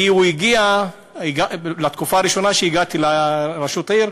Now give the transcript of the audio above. כי הוא הגיע בתקופה הראשונה שהגעתי לראשות העיר,